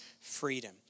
freedom